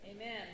Amen